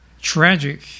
tragic